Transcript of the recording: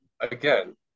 again